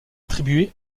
attribué